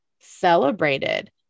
celebrated